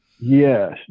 yes